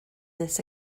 this